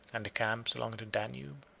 and the camps along the danube.